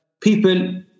people